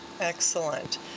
Excellent